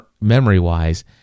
memory-wise